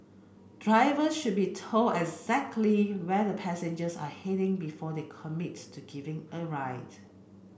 driver should be told exactly where their passengers are heading before they commit to giving a ride